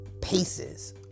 paces